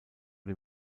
dem